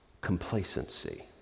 complacency